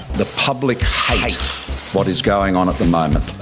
the public hate what is going on at the moment.